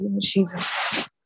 Jesus